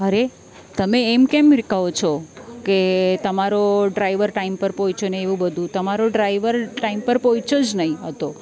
અરે તમે એમ કેમ કહો છો કે તમારો ડ્રાઈવર ટાઈમ પર પહોંચ્યો ને એવું બધું તમારો ડ્રાઈવર ટાઈમ પર પહોંચ્યો જ નહીં હતો